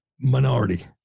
minority